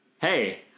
Hey